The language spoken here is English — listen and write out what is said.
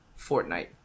Fortnite